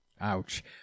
ouch